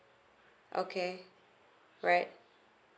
okay right